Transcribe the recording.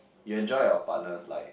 you enjoy your partner's like